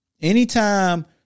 Anytime